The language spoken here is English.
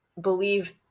believe